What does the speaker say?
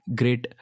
great